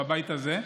בבית הזה,